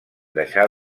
deixar